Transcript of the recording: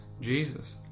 Jesus